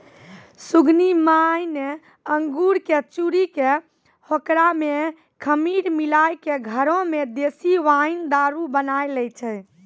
सुगनी माय न अंगूर कॅ चूरी कॅ होकरा मॅ खमीर मिलाय क घरै मॅ देशी वाइन दारू बनाय लै छै